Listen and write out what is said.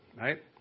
right